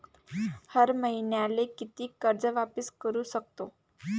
हर मईन्याले कितीक कर्ज वापिस करू सकतो?